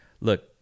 look